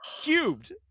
cubed